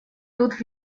тут